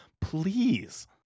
Please